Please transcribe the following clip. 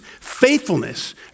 faithfulness